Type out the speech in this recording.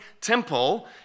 temple